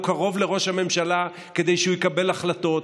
הוא קרוב לראש הממשלה כדי שהוא יקבל החלטות,